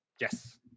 yes